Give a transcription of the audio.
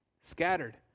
Scattered